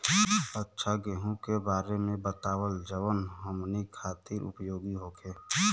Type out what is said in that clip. अच्छा गेहूँ के बारे में बतावल जाजवन हमनी ख़ातिर उपयोगी होखे?